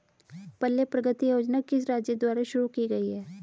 पल्ले प्रगति योजना किस राज्य द्वारा शुरू की गई है?